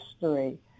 history